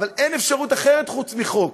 אבל אין אפשרות אחרת חוץ מחוק.